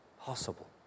possible